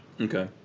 Okay